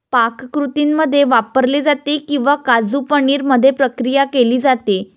पाककृतींमध्ये वापरले जाते किंवा काजू पनीर मध्ये प्रक्रिया केली जाते